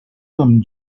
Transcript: amb